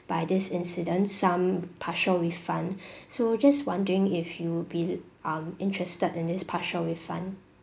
by this incident some partial refund so just wondering if you would be um interested in this partial refund